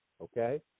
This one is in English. Okay